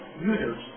users